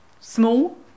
small